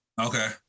Okay